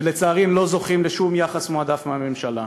ולצערי אינם זוכים לשום יחס מועדף מהממשלה.